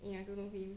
eh I don't know him